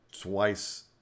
twice